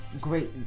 great